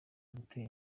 gutera